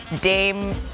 Dame